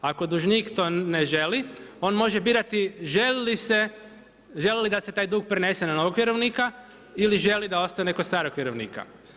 Ako dužnik to ne želi on može birati želi li se, želi li da se taj dug prenese na novog vjerovnika ili želi da ostane kod starog vjerovnika.